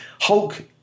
Hulk